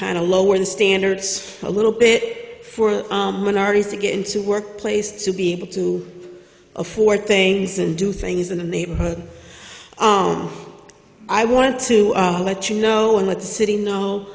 kind of lower the standards a little bit for minorities to get into work place to be able to afford things and do things in the neighborhood i wanted to let you know in with the city kno